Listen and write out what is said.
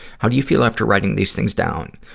how do you feel after writing these things down?